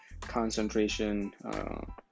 concentration